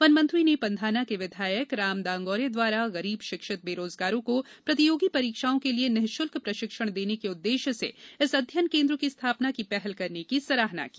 वनमंत्री ने पंधाना के विधायक राम दांगौरे द्वारा गरीब शिक्षित बेरोजगारों को प्रतियोगी परीक्षओं के लिए निशुल्क प्रशिक्षण देने के उददेश्य से इस अध्ययन केन्द्र की स्थापना की पहल करने की सराहना की